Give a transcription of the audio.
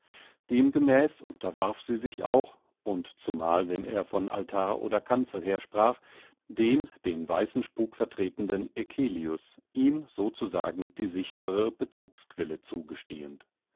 demgemäß unterwarf sie sich auch und zumal wenn er von altar oder kanzel her sprach dem den weißen spuk vertretenden eccelius ihm so zu sagen die sichrere bezugsquelle zugestehend